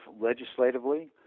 legislatively